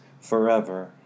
forever